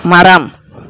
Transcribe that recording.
மரம்